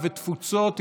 התשפ"א 2021,